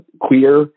queer